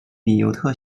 比尤特